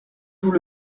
vous